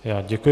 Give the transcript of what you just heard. Já děkuji.